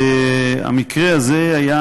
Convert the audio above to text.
המקרה הזה היה